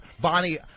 Bonnie